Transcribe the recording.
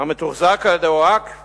המתוחזק על-ידי הווקף